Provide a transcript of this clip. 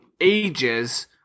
ages